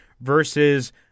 versus